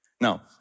Now